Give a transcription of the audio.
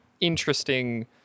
interesting